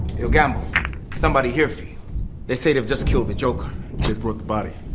yo camo somebody here fee they say they've just killed the joker brooke the body